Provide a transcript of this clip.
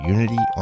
Unity